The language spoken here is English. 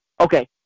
okay